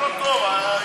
רגע, אני